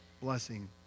blessing